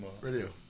Radio